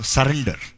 Surrender